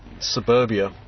suburbia